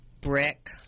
brick